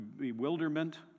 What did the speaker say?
bewilderment